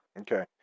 Okay